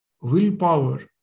willpower